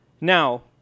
Now